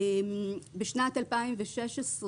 בשנת 2016,